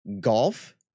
golf